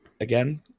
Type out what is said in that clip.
again